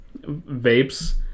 vapes